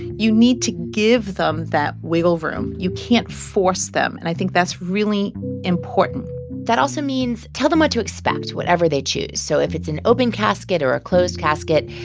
you need to give them that wiggle room. you can't force them. and i think that's really important that also means tell them what to expect, whatever they choose. so if it's an open casket or a closed casket,